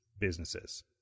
businesses